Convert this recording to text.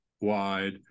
wide